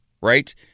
right